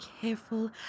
careful